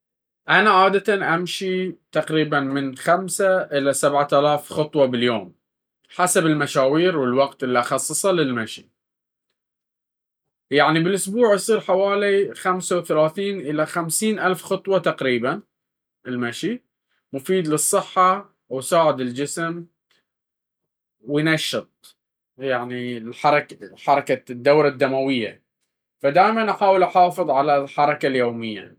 أنا عادةً أمشي تقريبًا من 5 إلى 7 آلاف خطوة باليوم، حسب المشاوير والوقت اللي أخصصه للمشي. يعني بالأسبوع يصير حوالي 35 إلى 50 ألف خطوة. المشي مفيد للصحة ويساعد الجسم ينشط، فدايم أحاول أحافظ على حركة يومية.